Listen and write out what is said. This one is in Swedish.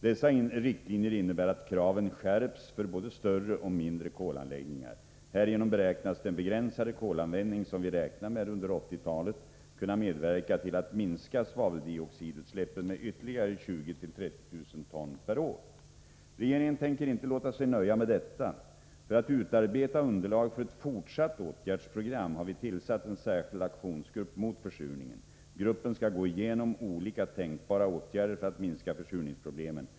Dessa riktlinjer innebär att kraven skärps för både större och mindre kolanläggningar. Härigenom beräknas den begränsade kolanvändning som vi räknar med under 1980-talet kunna medverka till att minska svaveldioxidutsläppen med ytterligare 20 000-30 000 ton per år. Regeringen tänker inte låta sig nöja med detta. För att utarbeta underlag för ett fortsatt åtgärdsprogram har vi tillsatt en särskild aktionsgrupp mot försurningen. Gruppen skall gå igenom olika tänkbara åtgärder för att minska försurningsproblemen.